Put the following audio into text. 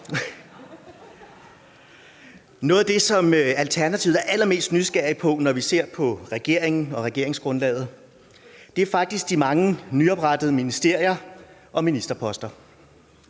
Noget af det, som gør Alternativet allermest nysgerrig, når vi ser på regeringen og regeringsgrundlaget, er faktisk de mange nyoprettede ministerier og ministerposter.